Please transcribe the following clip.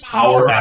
Power